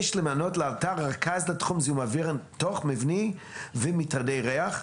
יש למנות לאלתר רכז לתחום זיהום אוויר תוך מבני ומטרדי ריח.